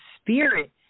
spirit